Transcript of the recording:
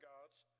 God's